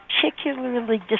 particularly